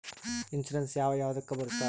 Insurance ಯಾವ ಯಾವುದಕ್ಕ ಬರುತ್ತೆ?